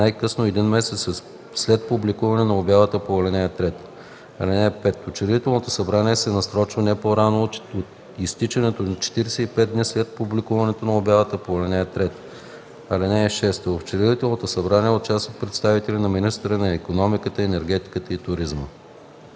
най-късно един месец след публикуването на обявата по ал. 3. (5) Учредителното събрание се насрочва не по-рано от изтичането на 45 дни след публикуването на обявата по ал. 3. (6) В учредителното събрание участва представител на министъра на икономиката, енергетиката и туризма.”